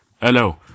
hello